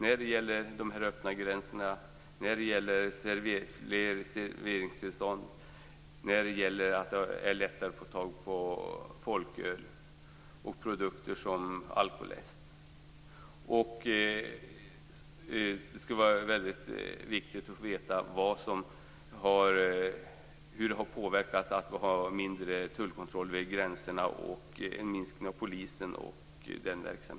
Det gäller de öppna gränserna, serveringstillstånden, det faktum att det blivit lättare att få tag på folköl samt produkter som alkoläsken. Det är viktigt att vi får veta hur de minskade tullkontrollerna och polisverksamheten vid gränserna har påverkat det hela.